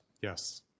Yes